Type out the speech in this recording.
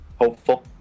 hopeful